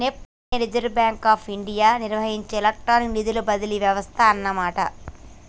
NEFT అనేది Reserve Bank of India నిర్వహించే electronic నిధుల బదిలీ వ్యవస్థ అన్నమాట